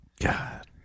God